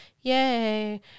Yay